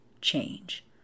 change